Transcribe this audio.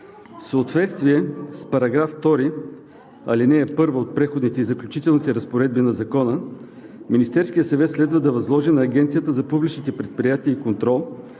В съответствие с § 2, ал. 1 от Преходните и Заключителните разпоредби на Закона Министерският съвет следва да възложи на Агенцията за публичните предприятия и контрол